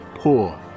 poor